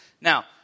Now